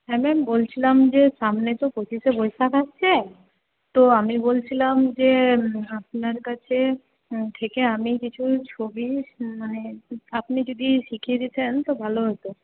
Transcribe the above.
হ্যাঁ ম্যাম বলছিলাম যে সামনে তো পঁচিশে বৈশাখ আসছে তো আমি বলছিলাম যে আপনার কাছে থেকে আমি কিছু ছবি মানে আপনি যদি শিখিয়ে দিতেন তো ভালো হত